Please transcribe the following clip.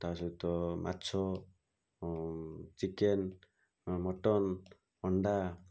ତା'ସହିତ ମାଛ chicken mutton ଅଣ୍ଡା